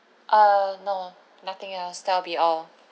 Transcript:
err no nothing else that would be all